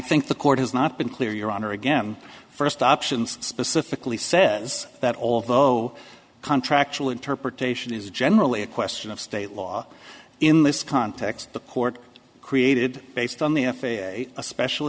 think the court has not been clear your honor again first options specifically says that although contractual interpretation is generally a question of state law in this context the court created based on the f a a a special